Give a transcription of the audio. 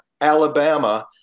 Alabama